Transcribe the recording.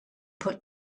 put